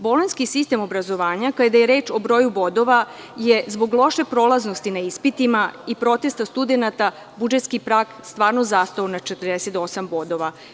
Bolonjski sistem obrazovanja kada je reč o broju bodova je zbog loše prolaznosti na ispitima i protestima studenata budžetski prag zaista zastao na 48 bodova.